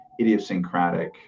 idiosyncratic